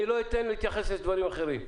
לא אתן להתייחס לדברים אחרים.